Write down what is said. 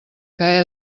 que